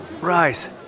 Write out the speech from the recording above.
Rise